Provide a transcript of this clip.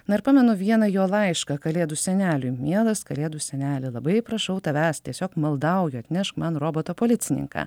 na ir pamenu vieną jo laišką kalėdų seneliui mielas kalėdų seneli labai prašau tavęs tiesiog maldauju atnešk man roboto policininką